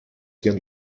ihren